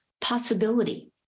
possibility